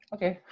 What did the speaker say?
Okay